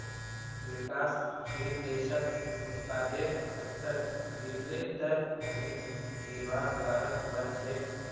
विकासशील देशत उत्पादेर स्तर गिरले त ऋण लिबार कारण बन छेक